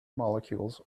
molecules